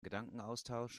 gedankenaustausch